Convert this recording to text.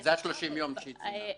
זה ה-30 יום שהיא ציינה.